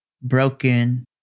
broken